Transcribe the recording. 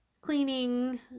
cleaning